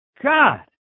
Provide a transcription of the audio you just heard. God